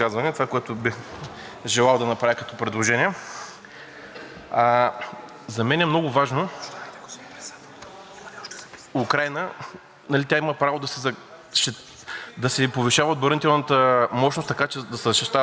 Украйна, тя има право да си повишава отбранителната мощност, така че да се защитава в случая на конфликта, който има – тази агресия срещу нея. Но това, което е по-важно за мен